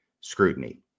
scrutiny